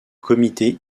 comité